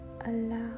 Allow